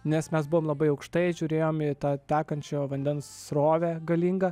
nes mes buvom labai aukštai žiūrėjom į tą tekančio vandens srovę galingą